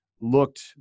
looked